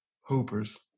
hoopers